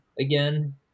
Again